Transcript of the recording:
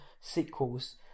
sequels